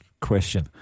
question